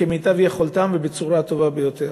כמיטב יכולתם ובצורה הטובה ביותר.